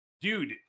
Dude